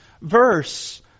verse